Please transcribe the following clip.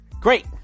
great